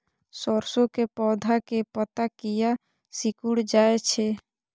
सरसों के पौधा के पत्ता किया सिकुड़ जाय छे?